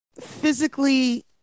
physically